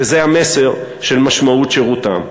וזה המסר של משמעות שירותם.